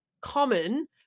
common